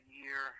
year